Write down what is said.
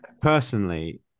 personally